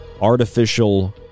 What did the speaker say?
artificial